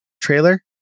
trailer